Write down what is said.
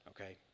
Okay